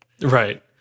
Right